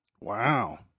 Wow